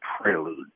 Prelude